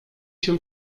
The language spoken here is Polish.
się